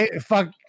Fuck